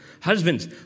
Husbands